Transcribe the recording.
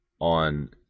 on